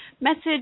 message